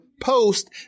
post